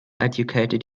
educated